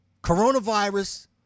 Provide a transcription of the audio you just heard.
coronavirus